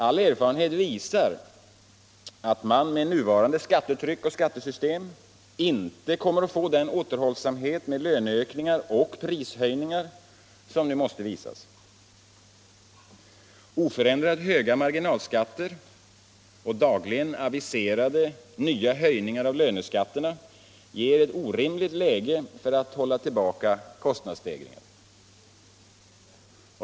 All erfarenhet visar att man med nuvarande skattetryck och skattesystem inte kommer att få den återhållsamhet med löneökningar och prishöjningar som nu måste visas. Oförändrat höga marginalskatter och dagligen aviserade nya höjningar av löneskatterna ger en orimlig utgångspunkt för att hålla tillbaka kostnadsstegringar.